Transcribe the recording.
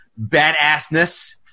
badassness